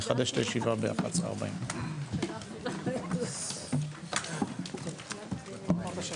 הישיבה ננעלה בשעה 11:38.